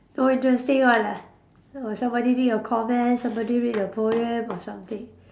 no interesting all lah or somebody read you comment somebody read your poem or something